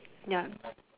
ya